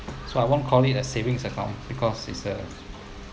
so I won't call it a savings account because it's a